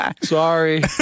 Sorry